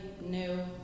new